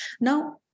Now